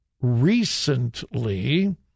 recently